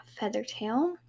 Feathertail